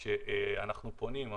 יש.